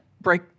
break